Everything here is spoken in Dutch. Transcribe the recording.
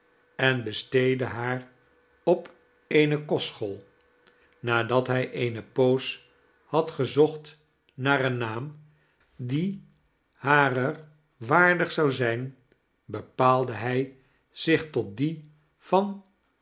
en besteedde haar op eene kostschool nadat hij eene poos had gezocht naar een naam die harer waardig zou zijn bepaalde hij zich tot dien van